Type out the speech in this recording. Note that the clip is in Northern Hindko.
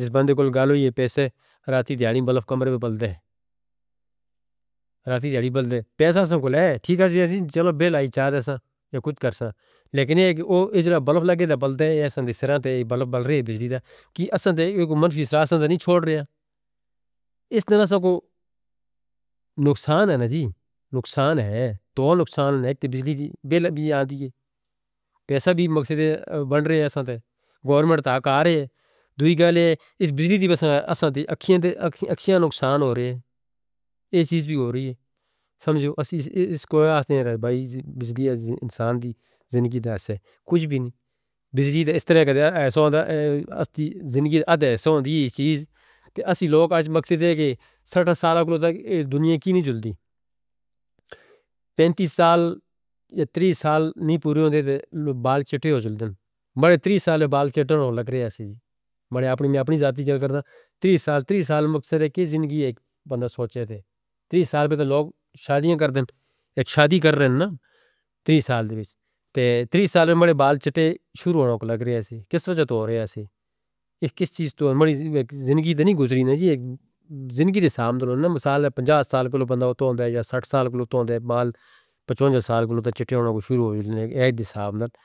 جس بندے کولوں گال ہو، اوہ پیسے راہیں دیہڑی بلب کمرے وچ بلدے ہیں۔ راہیں دیہڑی بلدے ہیں، پیسہ ساں کولوں ہے۔ ٹھیک ہے جی، ایسا چلو بے لائی چادہ ساں یا خود کرساں، لیکن اک اوہ اجھرا بلب لگدا بلدے ہیں یا ساڈے سراں تے بلب بل رہیا ہے بجلی دا، کہ اساں تے اک منفی اثرہ ساڈا نہیں چھٹ رہیا ہے۔ اس طرح ساں کو نقصان ہے نا جی، نقصان ہے۔ دو نقصان ہے: اک تاں بجلی دی بیل وی آندی ہے، پیسہ وی مقصد ہے بن رہے ہیں۔ اساں تے گورنمنٹ تاں اکھار رہی ہے۔ دوسری گال ہے، ایس بجلی دی بساں گا اساں تے اکھیاں نقصان ہو رہیا ہے۔ ایہ چیز وی ہو رہی ہے۔ سمجھو ایس کو، ایہ زندگی دے انسان دی زندگی دا ہے۔ کجھ وی نہیں، بجلی دا اس طرح کہ دیہاں زندگی دی چیز ہے کہ اسی لوک آج مقصد ہے کہ سارا کتھوں دنیا دی نہیں جاندی۔ پینتیس سال یا تریس سال نہیں پورے ہوندے دے دے بال کٹے ہو جاندے۔ وڈے تریس سال دے بال کٹنے ہون لگ رہے ہیں۔ اسی جی وڈے اپنی ذاتی کہہ کر دا تریس سال۔ تریس سال مقصد ہے کہ زندگی اک بندہ سوچے دے تریس سال پہلوں لوک شادیاں کر دیندے۔ اک شادی کر رہنا تریس سال دے وچ، تریس سال وچ وڈے بال کٹے شروع ہون لگ رہے ہیں۔ کس وجہ توں ہو رہے ہیں؟ اسی چیز توں زندگی دی نہیں گزری نا جی۔ زندگی دے سامنے نا مثال ہے، پنجاہ سال پہلوں بندہ ہندا ہووے دے یا ساٹھ سال پہلوں ہوندے ہیں۔ بال پچپن جا سال پہلوں کٹے ہون شروع ہو جاندے، ایہہ دے حساب دے۔